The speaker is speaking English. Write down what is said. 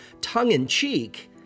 tongue-in-cheek